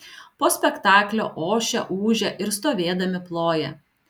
po spektaklio ošia ūžia ir stovėdami ploja